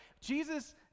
Jesus